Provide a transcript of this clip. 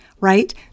right